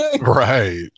right